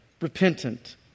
repentant